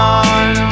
on